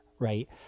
right